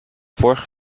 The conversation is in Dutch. vorige